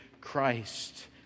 Christ